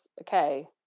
Okay